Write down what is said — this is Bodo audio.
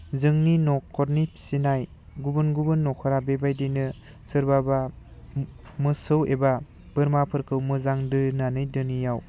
जोंनि न'खरनि फिसिनाय गुबुन गुबुन न'खरा बेबायदिनो सोरबाबा मोसौ एबा बोरमाफोरखौ मोजां दोनानै दोनैयाव